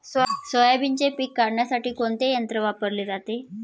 सोयाबीनचे पीक काढण्यासाठी कोणते यंत्र वापरले जाते?